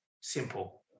simple